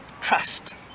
Trust